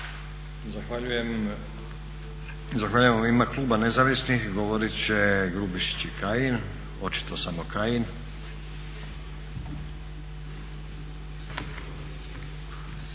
Zahvaljujem. U ime Kluba nezavisnih govorit će Grubišić i Kajin. Očito samo Kajin.